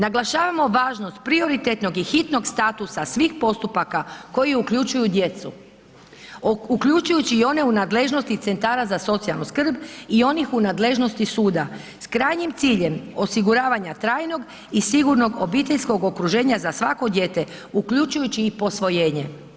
Naglašavamo važnost prioritetnog i hitnog statusa svih postupaka, koji uključuju djecu, uključujući i one u nadležnosti centara za socijalnu skrb i onih u nadležnosti suda, s krajnjim ciljem osiguravanje trajnog i sigurnog obiteljskog okruženja za svako dijete, uključujući i posvojenje.